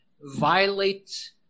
violate